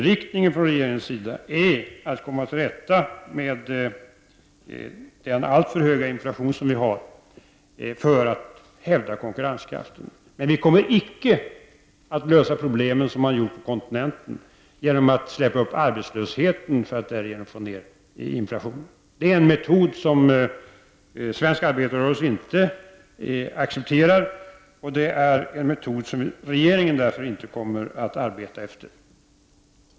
Regeringens inriktning är att komma till rätta med den alltför höga inflation som vi har för att hävda konkurrenskraften. Men vi kommer inte att lösa problemen som man har gjort på kontinenten, genom att släppa upp arbetslösheten för att därigenom få ned inflationen. Det är en metod som svensk arbetarrörelse inte accepterar och som regeringen därför inte kommer att arbeta efter.